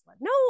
No